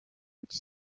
which